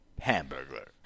hamburger